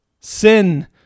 Sin